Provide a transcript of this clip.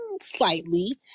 slightly